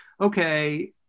okay